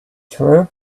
true